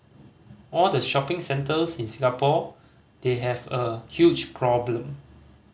all the shopping centres in Singapore they have a huge problem